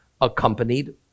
accompanied